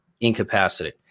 incapacity